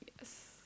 yes